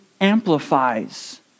amplifies